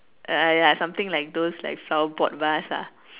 uh ya something like those like flower pot vase lah